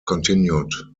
continued